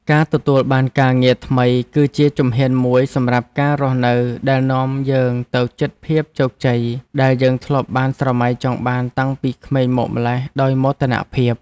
ការទទួលបានការងារថ្មីគឺជាជំហានមួយសម្រាប់ការរស់នៅដែលនាំយើងទៅជិតភាពជោគជ័យដែលយើងធ្លាប់បានស្រមៃចង់បានតាំងពីក្មេងមកម្ល៉េះដោយមោទនភាព។